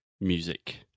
music